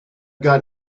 got